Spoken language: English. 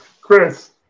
Chris